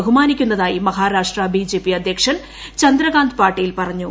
ബഹുമാനിക്കുന്നതായിമഹാരാഷ്ട്ര BJP അധ്യക്ഷൻ ചന്ദ്രകാന്ത് പാട്ടീൽ പറഞ്ഞു